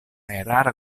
erara